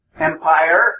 Empire